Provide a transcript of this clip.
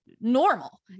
normal